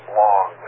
long